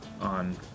on